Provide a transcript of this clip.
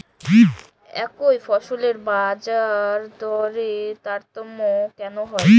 একই ফসলের বাজারদরে তারতম্য কেন হয়?